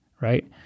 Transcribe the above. Right